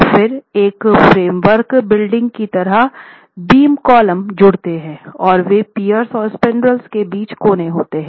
और फिर एक फ्रेम बिल्डिंग की तरह बीम कॉलम जुड़ते हैं और वे पियर्स और स्पैन्ड्रल्स के बीच कोने होते हैं